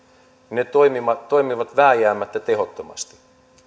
ne toimivat toimivat vääjäämättä tehottomasti